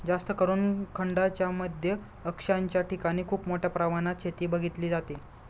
जास्तकरून खंडांच्या मध्य अक्षांशाच्या ठिकाणी खूप मोठ्या प्रमाणात शेती बघितली जाते